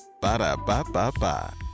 Ba-da-ba-ba-ba